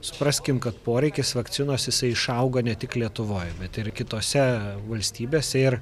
supraskim kad poreikis vakcinos jisai išauga ne tik lietuvoj bet ir kitose valstybėse ir